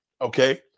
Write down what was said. Okay